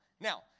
Now